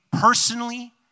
personally